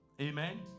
Amen